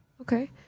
okay